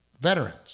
veterans